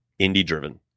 indie-driven